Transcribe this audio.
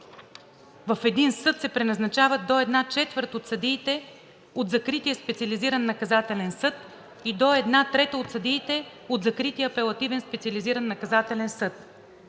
в един съд се преназначават до една четвърт от съдиите от закрития Специализиран наказателен съд и до една трета от съдиите от закрития Апелативен специализиран наказателен съд.